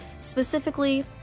specifically